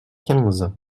quinze